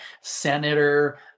senator